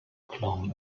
clown